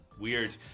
Weird